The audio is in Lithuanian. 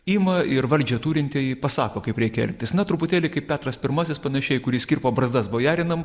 ima ir valdžią turintieji pasako kaip reikia elgtis na truputėlį kaip petras pirmasis panašiai kuris kirpo barzdas bojarinam